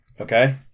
okay